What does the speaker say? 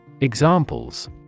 examples